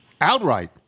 Outright